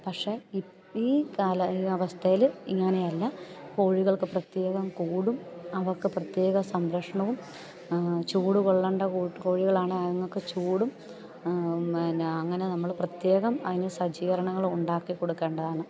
പക്ഷേ ഈ അവസ്ഥയിൽ ഇങ്ങനെയല്ല കോഴികൾക്ക് പ്രത്യേകം കൂടും അവർക്ക് പ്രത്യേക സംരക്ഷണവും ചൂട് കൊള്ളേണ്ട കോഴികളാണേ അത്ങ്ങൾക്ക് ചൂടും പിന്നെ അങ്ങനെ നമ്മൾ പ്രത്യേകം അതിന് സജ്ജീകരണങ്ങളുണ്ടാക്കി കൊടുക്കേണ്ടതാണ്